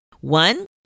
One